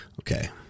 Okay